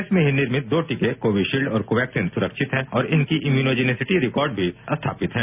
देश में ही निर्मित दो टीके कोविडशील्ड और कोवैक्सीन सुरक्षित हैं और इनकी इमोनोजिनिसिटी रिकॉर्ड भी स्थापित हैं